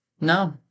no